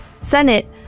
Senate